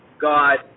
God